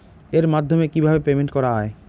এর মাধ্যমে কিভাবে পেমেন্ট করা য়ায়?